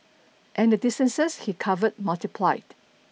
and the distances he covered multiplied